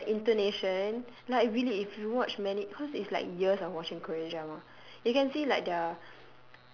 ya from like the intonation like really if you watch many cause it's like years of watching korean drama you can see like their